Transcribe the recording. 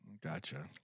gotcha